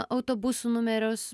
autobusų numerius